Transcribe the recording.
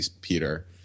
Peter